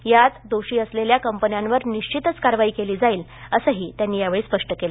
यात दोषी असलेल्या कंपन्यांवर निश्चितच कारवाई करण्यात येईल असंही त्यांनी यावेळी स्पष्ट केलं